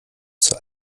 zur